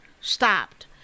stopped